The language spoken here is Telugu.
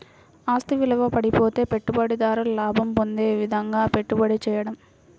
ఆస్తి విలువ పడిపోతే పెట్టుబడిదారు లాభం పొందే విధంగాపెట్టుబడి చేయడం